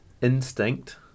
instinct